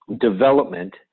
development